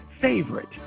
favorite